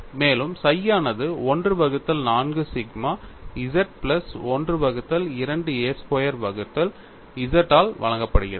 மேலும் psi ஆனது 1 வகுத்தல் 4 சிக்மா z பிளஸ் 1 வகுத்தல் 2 a ஸ்கொயர் வகுத்தல் z ஆல் வழங்கப்படுகிறது